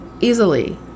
easily